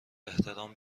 احترام